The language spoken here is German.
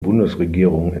bundesregierung